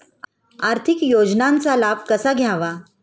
आर्थिक योजनांचा लाभ कसा घ्यावा?